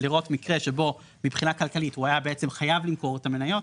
ולראות מקרה שבו מבחינה כלכלית הוא היה בעצם חייב למכור את המניות,